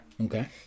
Okay